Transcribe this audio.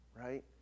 right